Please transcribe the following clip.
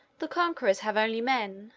the conquerors have only men,